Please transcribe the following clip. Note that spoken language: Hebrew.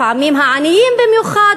לפעמים העניים במיוחד,